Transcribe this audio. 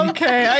Okay